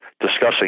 discussing